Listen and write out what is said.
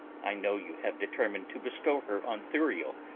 i know you have determin'd to bestow her on thurio,